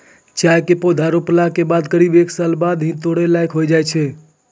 चाय के पौधा रोपला के बाद करीब एक साल बाद ही है तोड़ै लायक होय जाय छै